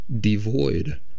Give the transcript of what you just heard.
devoid